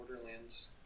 Borderlands